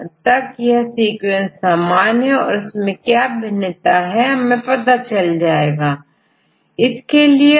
यहां कोई जगह यह समान हैWGKVNV किन्ही दो सीक्वेंस की तुलना के लिए एल्गोरिदम का उपयोग किया जाता है जैसे यहांKYH समान है किंतु आगे फिर से अंतर दिखाई दे रहा है